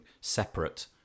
separate